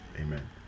Amen